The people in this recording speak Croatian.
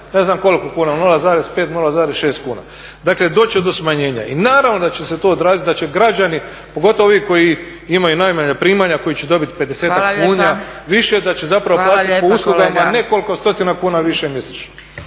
kune, sad će biti 0,5, 0,6 kuna. Dakle, doći će do smanjenja. I naravno da će se to odraziti da će građani pogotovo ovi koji imaju najmanja primanja, koji će dobiti pedesetak kuna više da će zapravo platiti po uslugama nekoliko stotina kuna više mjesečno.